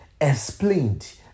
explained